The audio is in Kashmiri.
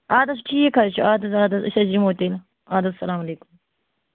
اَدٕ حظ ٹھیٖک حظ چھِ اَدٕ حظ اَدٕ حظ أسۍ حظ یِمَو تیٚلہِ اَدٕ حظ سلام علیکُم